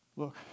look